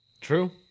True